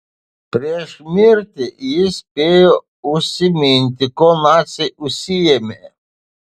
prieš mirtį jis spėjo užsiminti kuo naciai užsiėmė